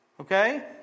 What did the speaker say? Okay